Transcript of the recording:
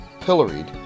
pilloried